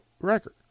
record